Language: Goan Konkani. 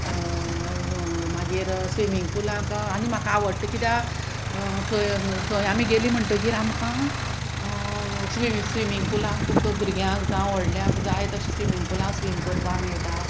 मागीर स्विमींग पुलांक आनी म्हाका आवडटा कित्याक थंय थंय आमी गेलीं म्हणटगीर आमकां स्विम स्विमींग पुलांक तुमकां भुरग्यांक जावं व्हडल्यांक जाय तशें स्विमींग पुलांक स्विम करपा मेयटा